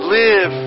live